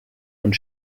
und